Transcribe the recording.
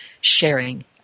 sharing